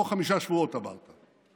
תוך חמישה שבועות, אמרת.